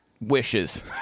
wishes